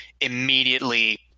immediately